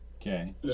Okay